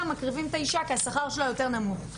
מקריבים את האישה כי השכר שלה יותר נמוך.